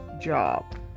job